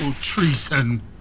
treason